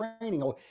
training